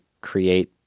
create